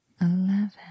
Eleven